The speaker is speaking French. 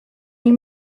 elle